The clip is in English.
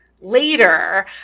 later